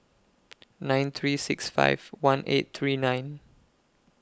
nine three six five one eight three nine